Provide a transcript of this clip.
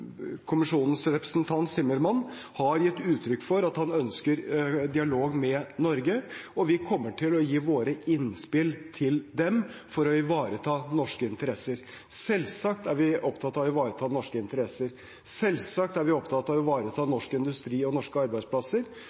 representant, Timmermans, har gitt uttrykk for at han ønsker dialog med Norge. Vi kommer til å gi våre innspill til dem for å ivareta norske interesser. Selvsagt er vi opptatt av å ivareta norske interesser. Selvsagt er vi opptatt av å ivareta norsk industri og norske arbeidsplasser.